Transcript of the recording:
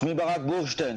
שמי ברק בורשטיין.